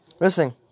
listen